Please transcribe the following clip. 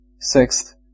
Sixth